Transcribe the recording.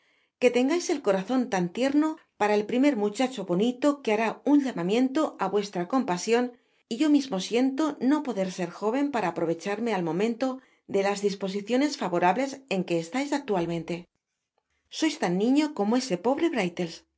que tengais el corazon tan tierno para el primer muchacho bonito que hará un llamamiento á vuestra compasion y yo mismo siento no poder ser joven para poder aprovecharme al momento de las disposiciones favorables en que estais actualmente sois tan niño como ese pobre